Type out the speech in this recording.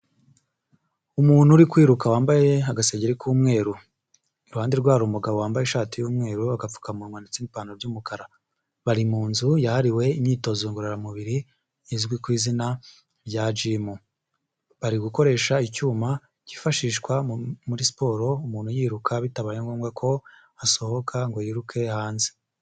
Umuntu uri kwiruka wambaye agasengeri k'umweru, iruhande rwe hari umugabo wambaye ishati y'umweru, agapfukamunwa ndetse n'ipantaro by'umukara, bari mu nzu yahariwe imyitozo ngororamubiri izwi ku izina rya jimu. Bari gukoresha icyuma kifashishwa muri siporo umuntu yiruka bitabaye ngombwa ko asohoka ngo yiruke hanze.